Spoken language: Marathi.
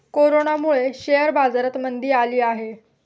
कोरोनामुळे शेअर बाजारात मंदी आली आहे